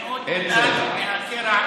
אני אחזור על מה שאמרתי.